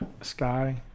sky